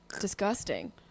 disgusting